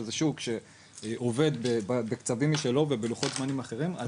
שזה שוק שעובד במקצבים משלו ובלוחות זמנים אחרים.